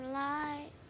light